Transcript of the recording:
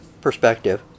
Perspective